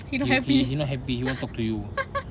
he not happy